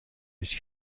هیچ